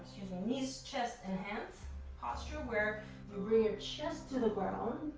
knees, chest, and hands posture where you bring your chest to the ground.